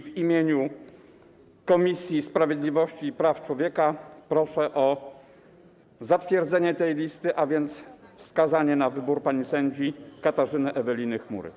W imieniu Komisji Sprawiedliwości i Praw Człowieka proszę o zatwierdzenie tej listy, a więc wskazanie na wybór pani sędzi Katarzyny Eweliny Chmury.